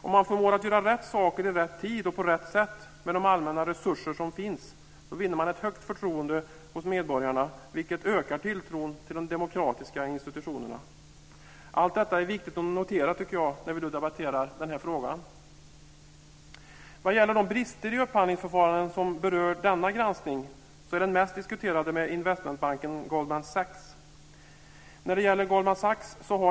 Om man förmår att göra rätt saker i rätt tid och på rätt sätt med de allmänna resurser som finns, vinner man ett högt förtroende hos medborgarna. Det ökar tilltron till de demokratiska institutionerna. Jag tycker att allt detta är viktigt att notera när vi nu debatterar den här frågan. Den mest diskuterade bristen i upphandlingsförfarandet som berör denna granskning är den som gäller investmentbanken Goldman Sachs.